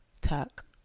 Tuck